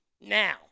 Now